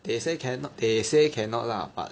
they say can~ they say cannot lah but